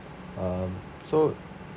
um so